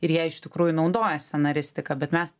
ir jie iš tikrųjų naudoja scenaristiką bet mes